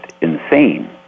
insane